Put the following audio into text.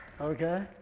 Okay